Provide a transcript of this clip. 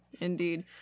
Indeed